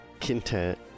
content